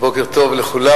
בוקר טוב לכולם.